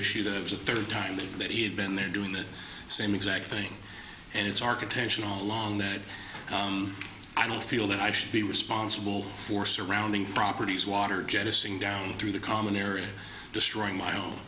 issue that it was a third time that he had been there doing the same exact thing and it's our contention all along that i don't feel that i should be responsible for surrounding properties water jettisoning down through the common area destroying my own